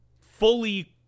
fully